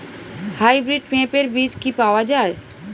Hybrid পেঁপের বীজ কি পাওয়া যায়?